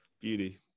beauty